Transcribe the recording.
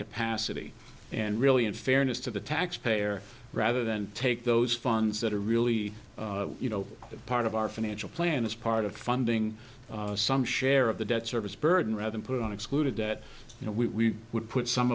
capacity and really in fairness to the taxpayer rather than take those funds that are really you know part of our financial plan is part of funding some share of the debt service burden rather than put on excluded debt you know we would put some